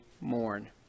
mourn